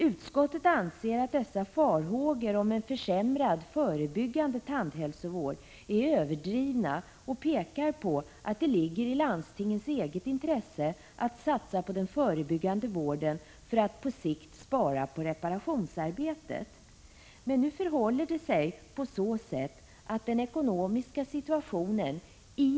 Utskottet anser att dessa farhågor för en försämrad förebyggande tandhälsovård är överdrivna och pekar på att det ligger i landstingens eget intresse att satsa på den förebyggande vården för att på sikt spara på reparationsarbetet. Men den ekonomiska situationen i många landsting är nu akut. I budgetarbe Prot.